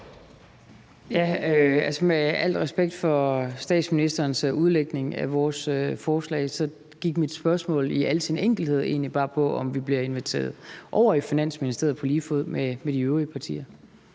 Med al respekt for statsministerens udlægning af vores forslag så gik mit spørgsmål i al sin enkelhed egentlig bare på, om vi bliver inviteret over i Finansministeriet på lige fod med de øvrige partier.